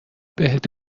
بهت